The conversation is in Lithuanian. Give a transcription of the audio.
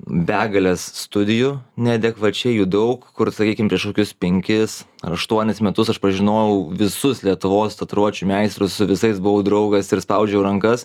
begales studijų neadekvačiai jų daug kur sakykim prieš kokius penkis aštuonis metus aš pažinojau visus lietuvos tatuiruočių meistrus su visais buvau draugas ir spaudžiau rankas